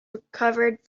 recovered